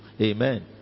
Amen